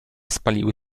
spaliły